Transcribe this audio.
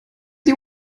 die